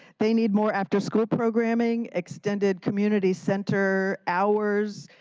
they need more after school programming, extended community center hours,